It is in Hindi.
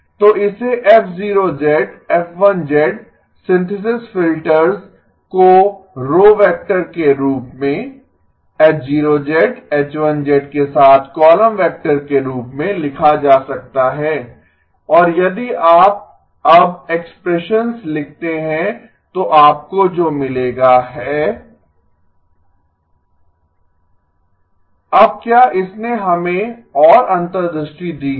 तो इसे F0 F1 सिंथेसिस फिल्टर्स को रो वेक्टर के रूप में H 0 H 1 के साथ कॉलम वेक्टर के रूप में लिखा जा सकता है और यदि आप अब एक्सप्रेशंस लिखते हैं तो आपको जो मिलेगा है अब क्या इसने हमें और अंतर्दृष्टि दी है